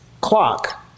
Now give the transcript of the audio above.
clock